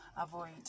avoid